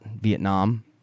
Vietnam